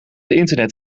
internet